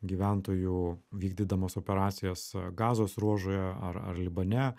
gyventojų vykdydamas operacijas gazos ruožoje ar ar libane